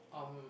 um